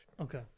Okay